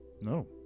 No